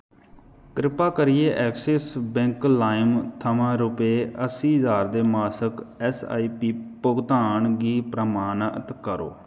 कृपा करियै Axis Bank लाइम थमां रपे अस्सी ज्हार दे मासक ऐस्सआईपी भुगतान गी प्रमाणत करो